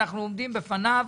אנחנו עומדים בפניו,